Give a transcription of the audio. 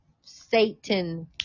satan